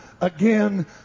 again